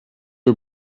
you